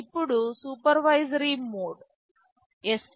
ఇప్పుడు supervisory mode svc